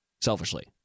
selfishly